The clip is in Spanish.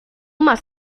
más